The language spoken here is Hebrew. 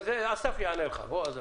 אסף יענה לך על זה.